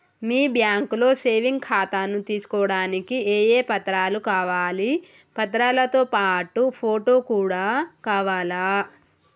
మీ బ్యాంకులో సేవింగ్ ఖాతాను తీసుకోవడానికి ఏ ఏ పత్రాలు కావాలి పత్రాలతో పాటు ఫోటో కూడా కావాలా?